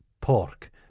pork